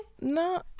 No